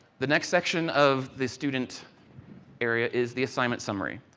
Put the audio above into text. the next section of the student area is the assignment summary.